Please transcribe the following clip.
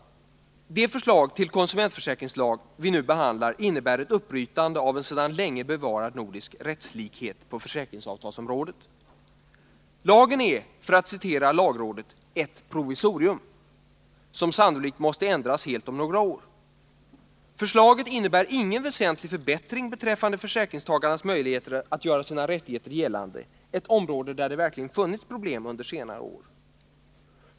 Det förslag till konsumentförsäkringslag som vi nu behandlar innebär ett uppbrytande av en sedan länge bevarad nordisk rättslikhet på försäkringsavtalsområdet. Lagen är, för att citera lagrådet, ”ett provisorium”, som sannolikt måste ändras helt om några år. Förslaget innebär ingen väsentlig förbättring beträffande försäkringstagarnas möjligheter att göra sina rättigheter gällande, ett område där det verkligen funnits problem under senare år.